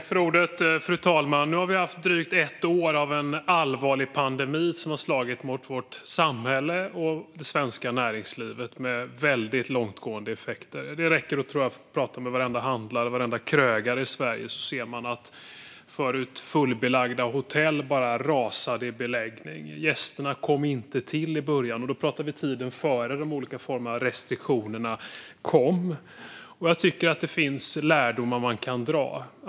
Fru talman! Nu har vi levt i drygt ett år med en allvarlig pandemi. Den har slagit mot vårt samhälle och det svenska näringslivet och lett till väldigt långtgående effekter. Jag tror att det räcker att prata med varenda handlare och varenda krögare i Sverige för att se att till exempel förut fullbelagda hotell bara rasade i fråga om beläggning. Gästerna kom inte till en början. Då pratar vi om tiden före de olika formerna av restriktioner kom. Det finns lärdomar man kan dra.